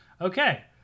Okay